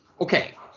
okay